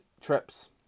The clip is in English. trips